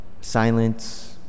silence